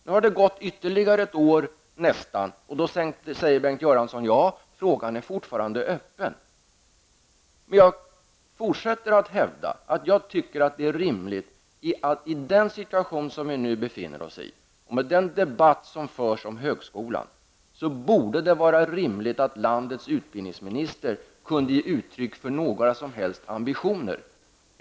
Nu har det nästan gått ytterligare ett år, och då säger Bengt Göransson: Frågan är fortfarande öppen. Jag fortsätter att hävda att jag anser det rimligt att i den situation vi nu befinner oss i, och med den debatt som förs om högskolan, landets utbildningsminister ger uttryck för några som helst ambitioner.